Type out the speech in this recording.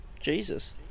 Jesus